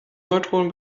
neutronen